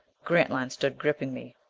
grantline stood gripping me.